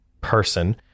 person